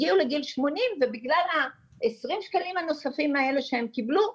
הגיעו לגיל 80 ובגלל העשרים שקלים הנוספים האלה שהם קיבלו,